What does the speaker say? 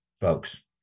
folks